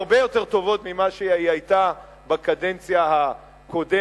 הרבה יותר טובות ממה שהיא היתה בקדנציה הקודמת.